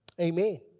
Amen